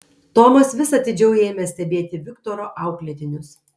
tomas vis atidžiau ėmė stebėti viktoro auklėtinius